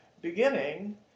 beginning